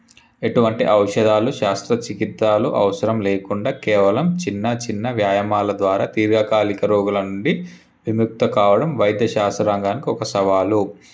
ఎటువంటి ఔషధాలు శస్త్ర చికిత్సలు అవసరంలేకుండా కేవలం చిన్న చిన్న వ్యాయమాలు ద్వారా దీర్ఘకాలిక రోగుల నుండి విముక్త కావడం వైద్య శాస్త్రారంగానికి ఒక సవాలు